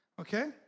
Okay